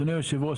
אדוני היושב ראש,